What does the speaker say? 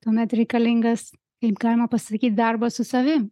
tuomet reikalingas kaip galima pasakyt darbas su savim